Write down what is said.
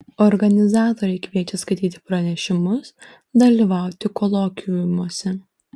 organizatoriai kviečia skaityti pranešimus dalyvauti kolokviumuose